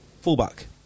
fullback